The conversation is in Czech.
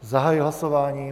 Zahajuji hlasování.